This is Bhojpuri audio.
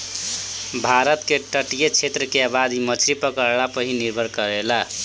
भारत के तटीय क्षेत्र के आबादी मछरी पकड़ला पर ही निर्भर करेला